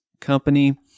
company